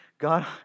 God